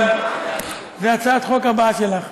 אבל זו הצעת החוק הבאה שלך.